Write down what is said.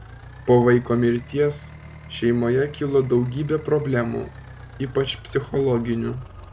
po vaiko mirties šeimoje kilo daugybė problemų ypač psichologinių